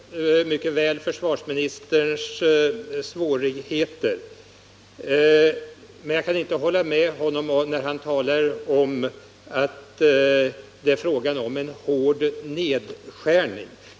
Herr talman! Jag förstår mycket väl försvarsministerns svårigheter. Men jag kan inte hålla med honom när han säger att det är fråga om en hård nedskärning.